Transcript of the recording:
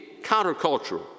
countercultural